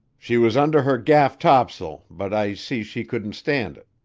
she was under her gaff tops'l, but i see she couldn't stand it.